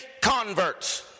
converts